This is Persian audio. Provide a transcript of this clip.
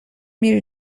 میری